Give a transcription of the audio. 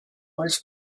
als